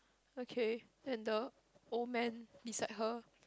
okay and the old man beside her